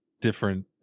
different